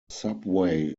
subway